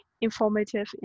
informative